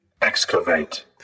Excavate